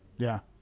yeah.